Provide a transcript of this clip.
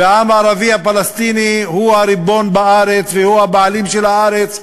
והעם הערבי הפלסטיני הוא הריבון בארץ והוא הבעלים של הארץ,